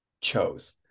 chose